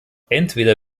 entweder